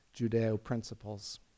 Judeo-principles